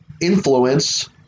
influence